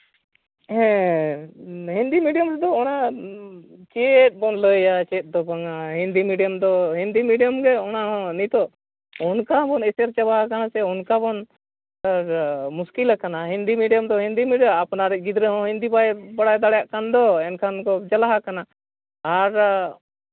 ᱦᱮᱸ ᱦᱤᱱᱫᱤ ᱢᱤᱰᱤᱭᱟᱢ ᱨᱮᱫᱚ ᱚᱱᱟ ᱪᱮᱫ ᱵᱚᱱ ᱞᱟᱹᱭᱟ ᱪᱮᱫ ᱫᱚ ᱵᱟᱝᱟ ᱦᱤᱱᱫᱤ ᱢᱤᱰᱤᱭᱟᱢ ᱜᱮ ᱚᱱᱟ ᱦᱚᱸ ᱱᱤᱛᱚᱜ ᱚᱱᱠᱟ ᱵᱚᱱ ᱮᱥᱮᱨ ᱪᱟᱵᱟᱣ ᱠᱟᱱᱟ ᱥᱮ ᱚᱱᱠᱟ ᱵᱚᱱ ᱢᱩᱥᱠᱤᱞ ᱠᱟᱱᱟ ᱦᱤᱱᱫᱤ ᱢᱤᱰᱤᱭᱟᱢ ᱫᱚ ᱦᱤᱱᱫᱤ ᱢᱤᱰᱤᱭᱟᱢ ᱟᱯᱱᱟᱨᱤᱡ ᱜᱤᱫᱽᱨᱟᱹ ᱦᱚᱸ ᱦᱤᱱᱫᱤ ᱵᱟᱭ ᱵᱟᱲᱟᱭ ᱫᱟᱲᱮᱭᱟᱜ ᱠᱟᱱᱟ ᱫᱚ ᱮᱱᱠᱷᱟᱱ ᱫᱚ ᱡᱟᱞᱟ ᱟᱠᱟᱱᱟ ᱟᱨ